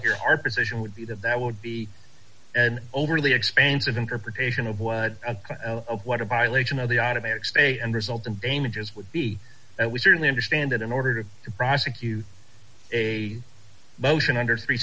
here our position would be that that would be an overly expensive interpretation of what what a byelection of the automatic state and resulting dangers would be and we certainly understand that in order to prosecute a motion under three